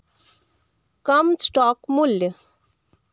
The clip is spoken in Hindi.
कम स्टॉक मूल्य